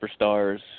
superstars